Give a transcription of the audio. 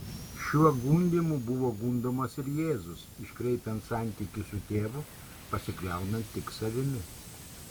šiuo gundymu buvo gundomas ir jėzus iškreipiant santykį su tėvu pasikliaunant tik savimi